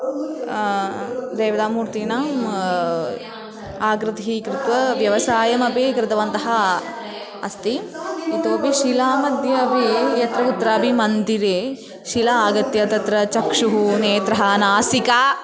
देवतामूर्तीनां आकृतिः कृत्वा व्यवसायमपि कृतवन्तः अस्ति इतोपि शिलामध्ये अपि यत्र कुत्रापि मन्दिरे शिला आगत्य तत्र चक्षुः नेत्रं नासिका